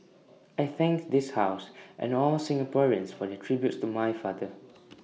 I thank this house and all Singaporeans for their tributes to my father